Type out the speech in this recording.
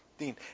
Dean